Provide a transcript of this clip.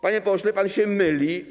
Panie pośle, pan się myli.